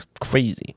Crazy